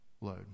load